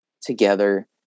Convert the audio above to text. together